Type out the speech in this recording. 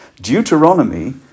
Deuteronomy